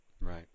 Right